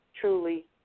truly